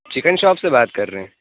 chicken shop سے بات کر رہے ہیں